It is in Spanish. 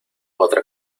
otra